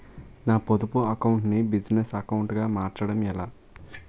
నా పొదుపు అకౌంట్ నీ బిజినెస్ అకౌంట్ గా మార్చడం ఎలా?